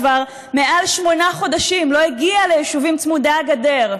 כבר מעל שמונה חודשים לא הגיע ליישובים צמודי הגדר?